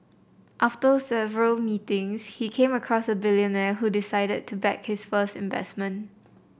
after several meetings he came across a billionaire who decided to back his first investment